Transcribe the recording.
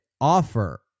offer